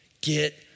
get